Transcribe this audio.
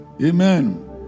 Amen